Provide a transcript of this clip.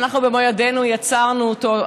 שאנחנו במו ידינו יצרנו אותו,